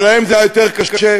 שלהם זה היה יותר קשה,